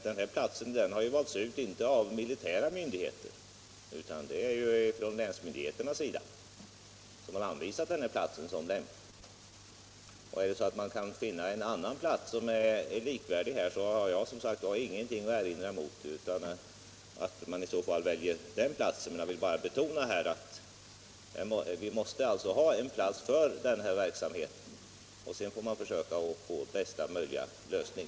Denna plats har inte valts ut av militära myndigheter; det är länsmyndigheterna som anvisat den här platsen som lämplig. Är det så att man kan finna en annan plats som är likvärdig har jag ingenting att erinra mot att man i så fall väljer den i stället. Jag vill bara betona att vi måste ha en plats för denna verksamhet; sedan får man försöka åstadkomma bästa möjliga lösning.